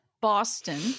Boston